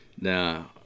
Now